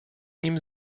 nim